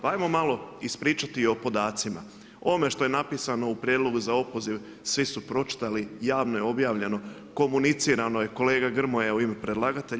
Pa hajmo malo ispričati i o podacima, o ovome što je napisano u prijedlogu za opoziv svi su pročitali javno je objavljeno, komunicirano je kolega Grmoja u ime predlagatelja.